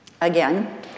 Again